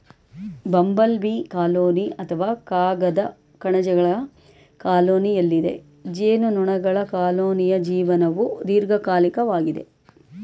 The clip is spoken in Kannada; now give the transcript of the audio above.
ಬಂಬಲ್ ಬೀ ಕಾಲೋನಿ ಅಥವಾ ಕಾಗದ ಕಣಜಗಳ ಕಾಲೋನಿಯಲ್ಲದೆ ಜೇನುನೊಣಗಳ ಕಾಲೋನಿಯ ಜೀವನವು ದೀರ್ಘಕಾಲಿಕವಾಗಿದೆ